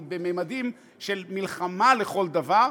היא בממדים של מלחמה לכל דבר.